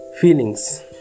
feelings